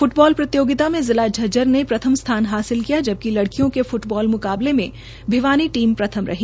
football प्रतियोगिता में झज्जर ने प्रथम स्थान हासिल किया जबकि लड़कियों की फ्टबाल मुकाबले में भिवानी टीम प्रथम रही